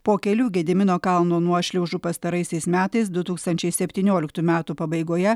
po kelių gedimino kalno nuošliaužų pastaraisiais metais du tūkstančiai septynioliktų metų pabaigoje